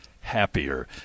happier